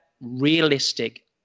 realistic